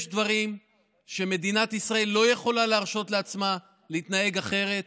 יש דברים שמדינת ישראל לא יכולה להרשות לעצמה להתנהג אחרת.